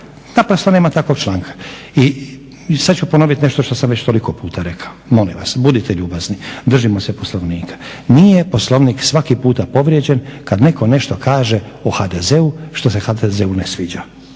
naprosto nema takvog članka. I sada ću ponoviti nešto što sam toliko puta rekao, molim vas budite ljubazni držimo se Poslovnika. Nije poslovnik svaki puta povrijeđen kada netko nešto kaže o HDZ-u što se HDZ-u ne sviđa.